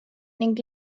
ning